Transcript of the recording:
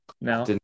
now